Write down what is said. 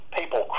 people